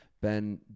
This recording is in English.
Ben